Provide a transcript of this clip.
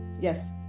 Yes